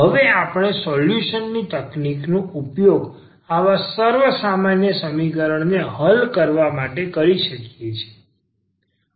હવે આપણે સોલ્યુશન ની તકનીકનો ઉપયોગ આવા સર્વસામાન્ય સમીકરણને હલ કરવા માટે કરી શકીએ છીએ